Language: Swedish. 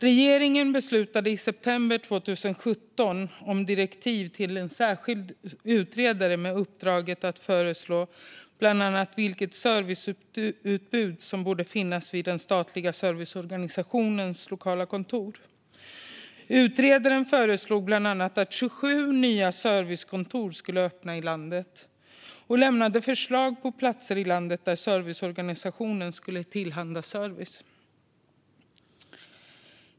Regeringen beslutade i september 2017 om direktiv till en särskild utredare med uppdraget att föreslå bland annat vilket serviceutbud som borde finnas vid den statliga serviceorganisationens lokala kontor. Utredaren föreslog bland annat att 27 nya servicekontor skulle öppna i landet och lämnade förslag på platser i landet där serviceorganisationen ska tillhandahålla service.